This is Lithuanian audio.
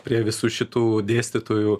prie visų šitų dėstytojų